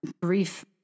brief